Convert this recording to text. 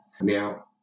Now